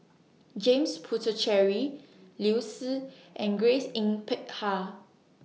James Puthucheary Liu Si and Grace Yin Peck Ha